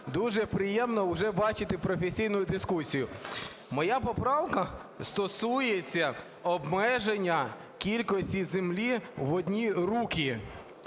Дуже приємно уже бачити професійну дискусію. Моя поправка стосується обмеження кількості землі в одні руки.